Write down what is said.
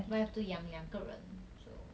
but have to 养两个人 so